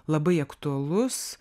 labai aktualus